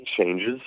changes